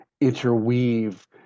interweave